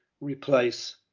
replace